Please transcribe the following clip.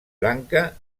lanka